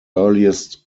earliest